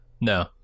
No